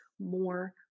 more